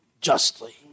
justly